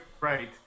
right